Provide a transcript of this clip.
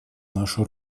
нашу